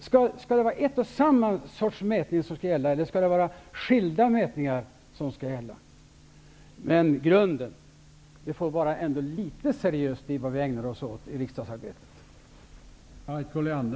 Skall det vara en och samma sorts mätning eller skilda mätningar? Nej, det vi ägnar oss åt i riksdagsarbetet får ändå vara litet mera seriöst.